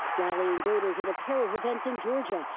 rallying voters at a pair of events in georgia,